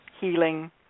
healing